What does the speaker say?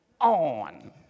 on